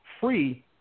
free